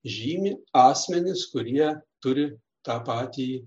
žymi asmenys kurie turi tą patį